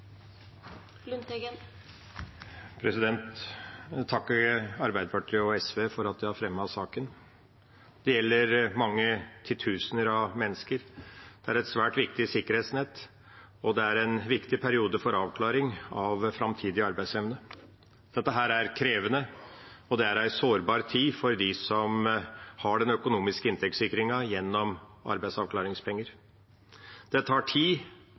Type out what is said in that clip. Jeg takker Arbeiderpartiet og SV for at de har fremmet denne saken. Dette gjelder mange titusener av mennesker. Dette er et svært viktig sikkerhetsnett, og det er en viktig periode for avklaring av framtidig arbeidsevne. Dette er krevende, og det er en sårbar tid for dem som har den økonomiske inntektssikringen gjennom arbeidsavklaringspenger. Det tar tid